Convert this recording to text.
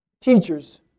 Teachers